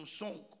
song